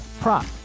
prop